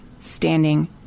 standing